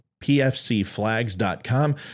pfcflags.com